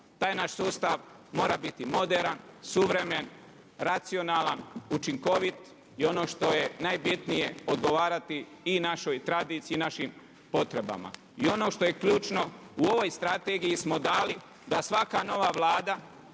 Taj naš sustav mora biti moderan, suvremen, racionalan, učinkovit i ono što je najbitnije odgovarati i našoj tradiciji i našim potrebama. I ono što je ključno, u ovoj strategiji smo dali da svaka nova Vlada,